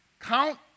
count